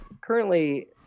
currently